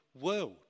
world